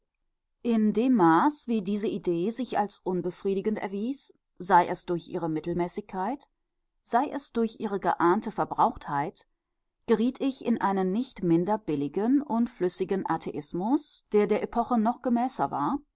in dem maß wie diese idee sich als unbefriedigend erwies sei es durch ihre mittelmäßigkeit sei es durch ihre geahnte verbrauchtheit geriet ich in einen nicht minder billigen und flüssigen atheismus der der epoche noch gemäßer war